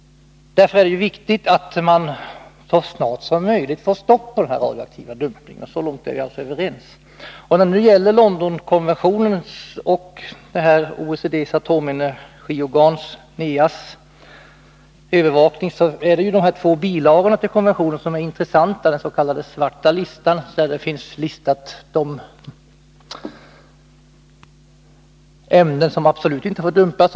Därför är det viktigt att man så snart som möjligt får stopp på dumpningen av radioaktivt avfall. Så långt är vi alltså överens. Vad gäller Londonkonventionen och OECD:s kärnenergiorgan NEA:s övervakning, så är det ju de två bilagorna till konventionen som är intressanta—dens.k. svarta listan, där man förtecknat de ämnen som absolut inte får dumpas.